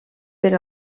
per